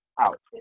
out